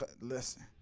listen